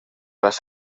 las